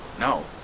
No